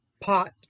pot